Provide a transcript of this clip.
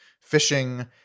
fishing